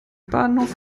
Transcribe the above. bahnhof